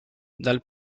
dal